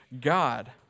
God